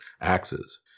axes